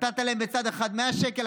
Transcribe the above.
נתת להם בצד אחד 100 שקל,